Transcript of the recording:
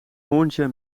hoorntje